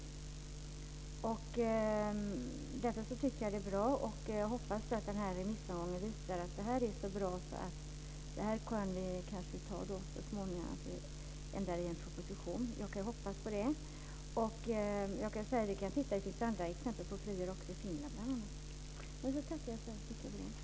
Därför tycker jag att det är bra, och jag hoppas att remissomgången visar att detta är så bra att vi kanske får se det i en proposition så småningom. Jag kan nämna att det också finns andra exempel på friår, t.ex. i Finland.